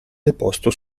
deposto